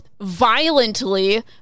violently